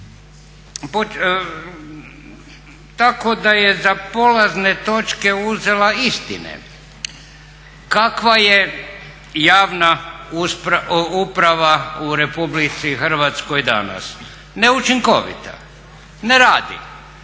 tako da je za polazne točke uzela istine. Kakva je javna uprava u Republici Hrvatskoj danas? Neučinkovita, ne radi.